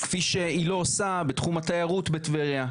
כפי שהיא לא עושה בתחום התיירות בטבריה.